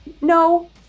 no